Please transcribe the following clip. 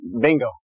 Bingo